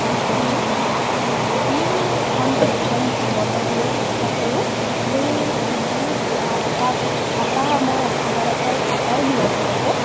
ৰুটি ৰুটি এখন বা দুখন বনাই দিবলৈ চেষ্টা কৰোঁ সেই ৰুটি আটা আটা মই আশীৰ্বাদ আটাই আটাই দিওঁ আচলতে